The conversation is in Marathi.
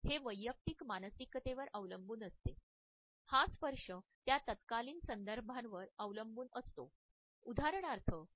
हे वैयक्तिक मानसिकतेवर अवलंबून असते हा स्पर्श त्या तत्कालीन संदर्भावर अवलंबून असतो आणि त्याच वेळी त्या कर्मचार्याच्या सांस्कृतिक वातावरणावर देखील अवलंबून असतो